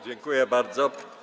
Dziękuję bardzo.